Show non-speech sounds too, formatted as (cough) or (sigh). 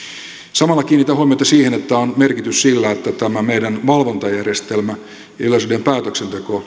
samalla kiinnitän huomiota siihen että on merkitys sillä että tämä meidän valvontajärjestelmämme ja ja yleisradion päätöksenteko (unintelligible)